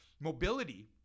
mobility